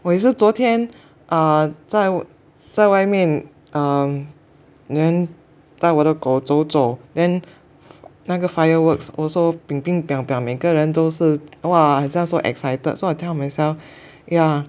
我也是昨天啊在在外面 um then 带我的狗走走 then 那个 fireworks also 每个人都是哇很像 so excited so I tell myself yeah